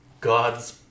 God's